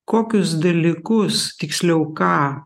kokius dalykus tiksliau ką